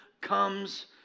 comes